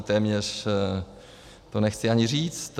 Téměř to nechci ani říct.